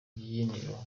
rubyiniro